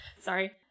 Sorry